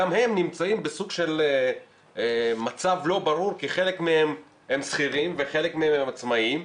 גם הם נמצאים במצב לא ברור כי חלק מהם הם שכירים וחלק מהם הם עצמאיים.